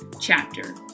chapter